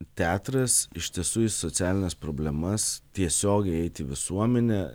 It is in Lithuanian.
teatras iš tiesų į socialines problemas tiesiogiai eiti į visuomenę